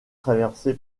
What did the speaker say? traversé